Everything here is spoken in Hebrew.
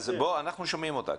בוא נשמע אותה.